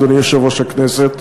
אדוני יושב-ראש הכנסת.